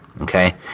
Okay